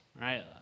Right